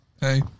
Hey